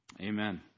Amen